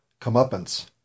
comeuppance